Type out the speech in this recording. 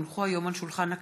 כי הונחו היום על שולחן הכנסת,